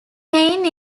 payne